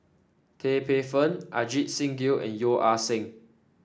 Tan Paey Fern Ajit Singh Gill and Yeo Ah Seng